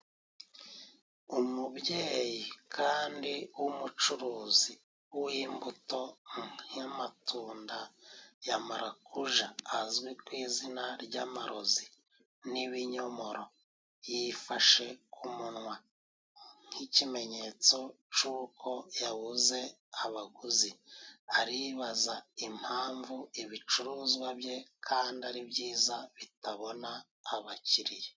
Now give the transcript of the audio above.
Umubyeyi kandi w'umucuruzi w'imbuto nk'amatunda ya marakuja azwi ku izina ry'amarozi n'ibinyomoro, yifashe ku munwa nk'ikimenyetso c'uko yabuze abaguzi aribaza impamvu ibicuruzwa bye kandi ari byiza bitabona abakiriya.